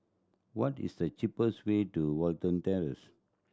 what is the cheapest way to Watten Terrace